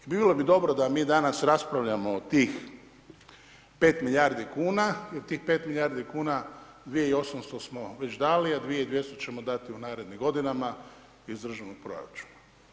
I bilo bi dobro da mi danas raspravljamo o tih 5 milijardi kuna jer tih 5 milijardi kuna, 2 i 800 smo već dali, a 2 i 200 ćemo dati u narednim godinama iz državnog proračuna.